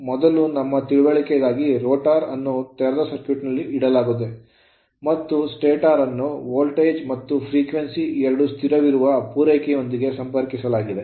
ಮೊದಲು ನಮ್ಮ ತಿಳುವಳಿಕೆಗಾಗಿ rotor ರೋಟರ್ ಅನ್ನು ತೆರೆದ ಸರ್ಕ್ಯೂಟ್ ನಲ್ಲಿ ಇಡಲಾಗಿದೆ ಮತ್ತು stator ಸ್ಟಾಟರ್ ಅನ್ನು ವೋಲ್ಟೇಜ್ ಮತ್ತು frequency ಆವರ್ತನ ಎರಡೂ ಸ್ಥಿರವಾಗಿರುವ ಪೂರೈಕೆಯೊಂದಿಗೆ ಸಂಪರ್ಕಿಸಲಾಗಿದೆ